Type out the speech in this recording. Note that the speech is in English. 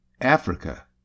africa